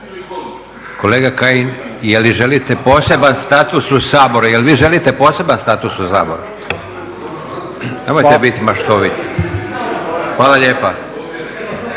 Kolega Kajin je li želite poseban status u Saboru, je li vi želite poseban status u Saboru? Nemojte biti maštoviti. Hvala lijepa.